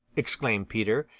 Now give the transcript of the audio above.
exclaimed peter.